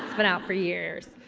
it's been out for years!